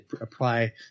apply